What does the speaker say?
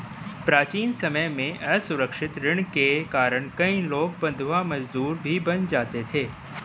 प्राचीन समय में असुरक्षित ऋण के कारण कई लोग बंधवा मजदूर तक बन जाते थे